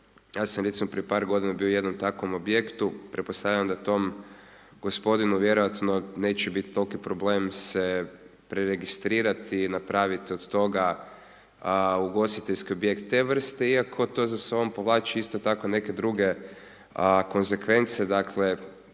ja sam recimo prije par godina bio u jednom takvom objektu, pretpostavljam da tom gospodinu vjerovatno neće biti toliki problem se preregistrirati i napraviti od toga ugostiteljski objekt te vrste iako to za sobom povlači isto tako neke druge konzekvence, dakle